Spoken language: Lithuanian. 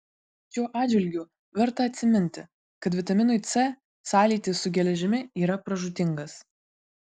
šiuo atžvilgiu verta atsiminti kad vitaminui c sąlytis su geležimi yra pražūtingas